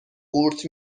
قورت